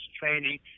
training